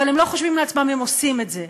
אבל הם לא חושבים לעצמם, הם עושים את זה.